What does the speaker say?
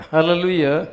Hallelujah